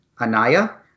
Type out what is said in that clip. Anaya